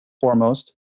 foremost